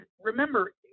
remember –